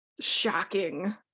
Shocking